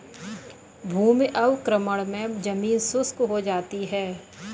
भूमि अवक्रमण मे जमीन शुष्क हो जाती है